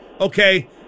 Okay